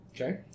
Okay